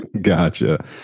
Gotcha